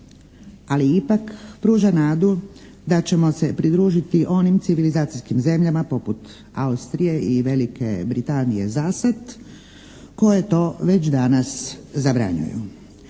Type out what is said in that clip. Ali ipak pruža nadu da ćemo se pridružiti onim civilizacijskim zemljama poput Austrije i Velike Britanije za sad koje to već danas zabranjuju.